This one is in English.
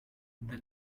the